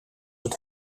het